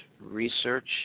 research